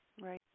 Right